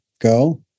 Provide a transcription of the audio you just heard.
go